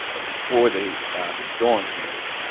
ah before the the storm hit,